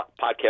podcast